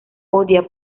odia